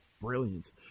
brilliant